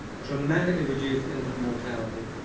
dramatically reduced infant mortality,